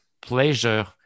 pleasure